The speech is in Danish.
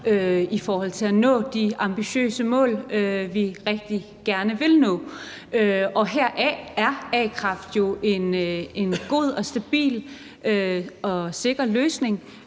i forhold til at nå de ambitiøse mål, vi rigtig gerne vil nå, og her er a-kraft jo en god og stabil og sikker løsning